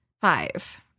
five